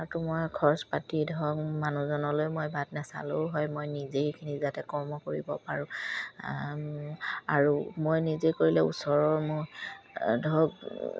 তো মই খৰচ পাতি ধৰক মানুহজনলৈ মই ভাত নেচালেও হয় মই নিজেইখিনি যাতে কৰ্ম কৰিব পাৰোঁ আৰু মই নিজে কৰিলে ওচৰৰ মই ধৰক